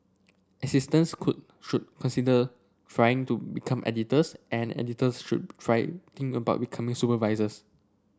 assistants could should consider trying to become editors and editors should try think about becoming supervisors